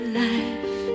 life